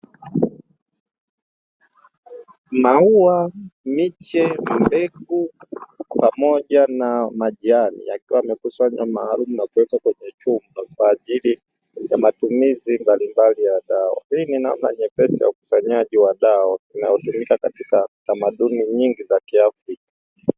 Maua, miche na mbegu pamoja na majani yakiwa yamekusanywa maalumu na kuwekwa kwenye chupa kwa ajili ya matumizi mbalimbali ya dawa. Hii ni namna nyepesi ya ukusanyaji wa dawa inayotumika katika tamaduni nyingi za kiafrika.